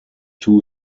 two